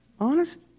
Honest